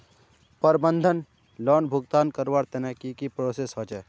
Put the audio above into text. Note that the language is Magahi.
प्रबंधन लोन भुगतान करवार तने की की प्रोसेस होचे?